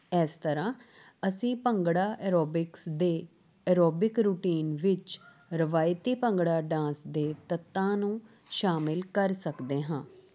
ਇਸ ਤਰ੍ਹਾਂ ਅਸੀਂ ਭੰਗੜਾ ਐਰੋਬਿਕਸ ਦੇ ਐਰੋਬਿਕ ਰੂਟੀਨ ਵਿੱਚ ਰਿਵਾਇਤੀ ਭੰਗੜਾ ਡਾਂਸ ਦੇ ਤੱਤਾਂ ਨੂੰ ਸ਼ਾਮਿਲ ਕਰ ਸਕਦੇ ਹਾਂ